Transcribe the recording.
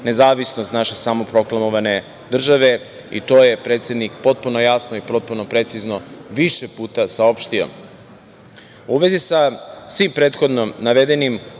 nezavisnost naše samoproklamovane države, i to je predsednik potpuno jasno i potpuno precizno više puta saopštio.U vezi sa svim prethodno navedenim,